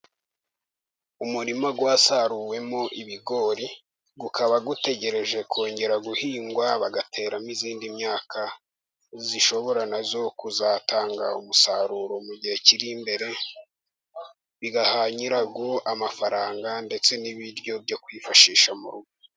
Umurima wasaruwemo ibigori, ukaba utegereje kongera guhingwa bagateramo iyindi myaka, ishobora na yo kuzatanga umusaruro mu gihe kiri imbere, bigaha nyirawo amafaranga, ndetse n'ibiryo byo kwifashisha mu rugo.